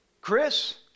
Chris